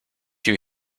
you